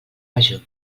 major